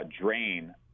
drain